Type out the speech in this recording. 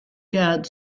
guard